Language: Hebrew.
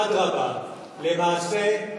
אדרבה, למעשה,